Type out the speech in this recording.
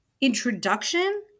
introduction